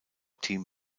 team